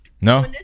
No